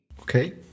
Okay